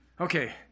Okay